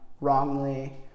wrongly